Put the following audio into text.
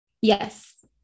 Yes